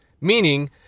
meaning